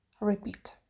repeat